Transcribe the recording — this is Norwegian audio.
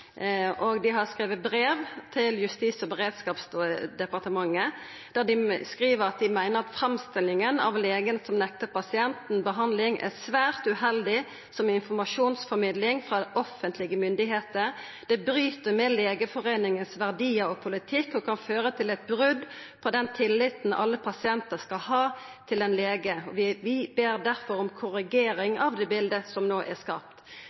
av legen som nekta pasienten behandling, er svært uheldig som informasjonsformidling frå offentlege myndigheiter. Det bryt med Legeforeiningas verdiar og politikk og kan føra til eit brot på den tilliten alle pasientar skal ha til ein lege. Dei ber difor om ei korrigering av det bildet som no er skapt.